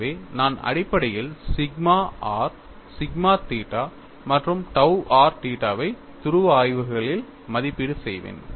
எனவே நான் அடிப்படையில் சிக்மா r சிக்மா தீட்டா மற்றும் tau r தீட்டாவை துருவ ஆயங்களில் மதிப்பீடு செய்வேன்